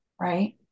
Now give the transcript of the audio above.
right